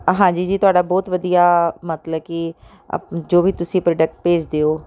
ਹਾਂਜੀ ਜੀ ਤੁਹਾਡਾ ਬਹੁਤ ਵਧੀਆ ਮਤਲਬ ਕਿ ਅਪ ਜੋ ਵੀ ਤੁਸੀਂ ਪ੍ਰੋਡਕ ਭੇਜਦੇ ਹੋ